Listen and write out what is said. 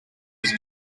his